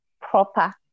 proper